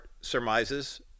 surmises